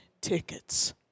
tickets